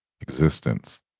existence